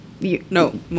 No